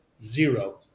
zero